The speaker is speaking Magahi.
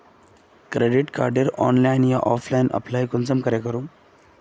क्रेडिट कार्डेर ऑनलाइन या ऑफलाइन अप्लाई कुंसम करे करूम?